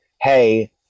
hey